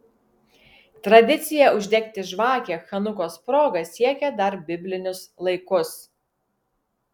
tradicija uždegti žvakę chanukos proga siekia dar biblinius laikus